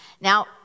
Now